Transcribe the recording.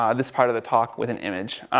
um this part of the talk with an image.